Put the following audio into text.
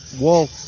wall